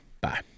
bye